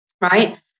right